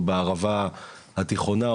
או בערבה התיכונה,